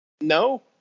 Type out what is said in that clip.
No